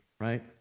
right